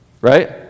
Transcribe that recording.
Right